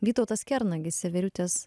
vytautas kernagis severiutės